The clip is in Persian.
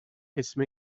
اسم